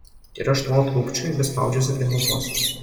ir aš nuolat krūpčioju vis spaudžiuosi prie mamos